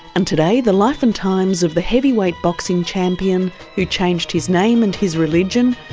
and today, the life and times of the heavyweight boxing champion who changed his name and his religion,